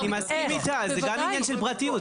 אני מסכים איתה, זה גם עניין של פרטיות.